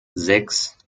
sechs